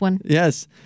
Yes